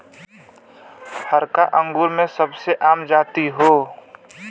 हरका अंगूर के सबसे आम जाति हौ